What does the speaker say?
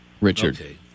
Richard